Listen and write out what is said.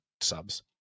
subs